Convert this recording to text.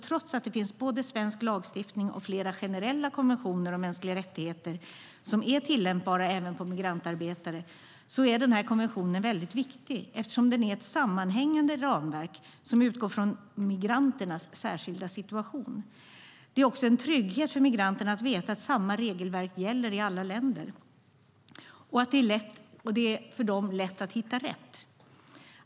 Trots att det finns både svensk lagstiftning och flera generella konventioner om mänskliga rättigheter som är tillämpbara även på migrantarbetare är alltså konventionen väldigt viktig, eftersom den är ett sammanhängande ramverk som utgår från migranternas särskilda situation. Det är också en trygghet för migranterna att veta att samma regelverk gäller i alla länder och att det är lätt för dem att hitta rätt.